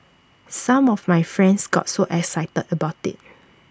some of my friends got so excited about IT